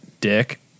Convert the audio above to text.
dick